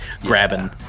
grabbing